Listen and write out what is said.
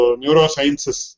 neurosciences